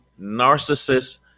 narcissist